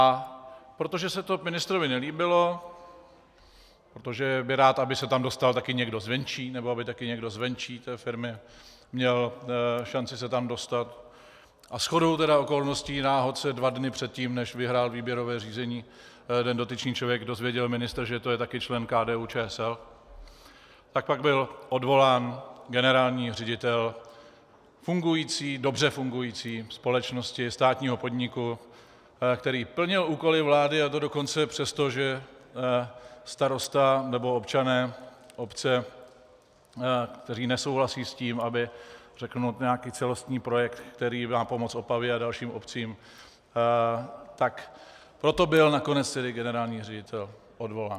A protože se to ministrovi nelíbilo, protože by rád, aby se tam dostal také někdo zvenčí, nebo aby také někdo zvenčí té firmy měl šanci se tam dostat, a shodou okolností a náhod se dva dny předtím, než vyhrál výběrové řízení ten dotyčný člověk, dozvěděl ministr, že to je také člen KDUČSL, tak pak byl odvolán generální ředitel dobře fungující společnosti, státního podniku, který plnil úkoly vlády, a to dokonce přesto, že starosta nebo občané obce, kteří nesouhlasí s tím, řeknu, aby nějaký celostní projekt, který má pomoci Opavě a dalším obcím, tak proto byl nakonec tedy generální ředitel odvolán.